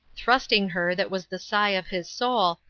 thrusting her, that was the sigh of his soul,